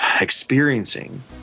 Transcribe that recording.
experiencing